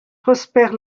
prosper